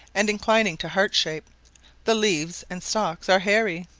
and inclining to heart-shape the leaves and stalks are hairy.